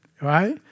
Right